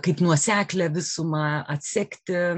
kaip nuoseklią visumą atsekti